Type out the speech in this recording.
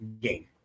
game